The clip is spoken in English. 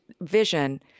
vision